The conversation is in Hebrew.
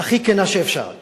הכי כנה שאפשר,